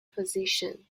position